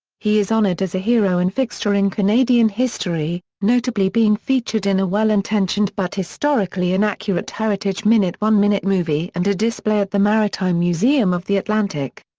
he is honoured as a hero and fixture in canadian history, notably being featured in a well-intentioned but historically inaccurate heritage minute one-minute movie and a display at the maritime museum of the atlantic.